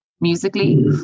musically